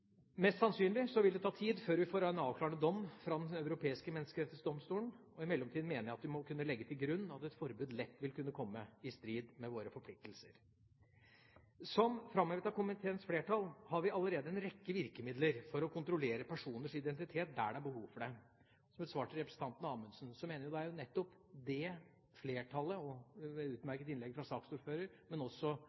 Mest sannsynlig vil det ta tid før vi får en avklarende dom fra Den europeiske menneskerettighetsdomstol. I mellomtiden mener jeg at vi må legge til grunn at et forbud lett vil kunne komme i strid med våre forpliktelser. Som framhevet av komiteens flertall har vi allerede en rekke virkemidler for å kontrollere personers identitet der det er behov for det. Som et svar til representanten Amundsen, mener jeg det er nettopp det flertallet – ved et utmerket innlegg av saksordføreren, også